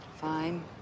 Fine